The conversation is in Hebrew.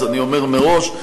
אני אומר מראש: